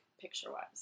picture-wise